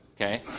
Okay